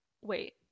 wait